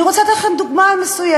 אני רוצה לתת לכם דוגמה מסוימת.